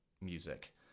music